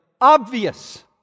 obvious